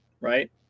right